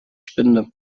spinde